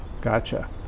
Gotcha